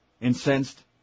incensed